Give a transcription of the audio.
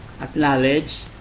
Acknowledge